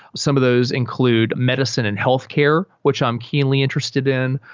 some of those include medicine and healthcare, which i'm keenly interested in.